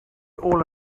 all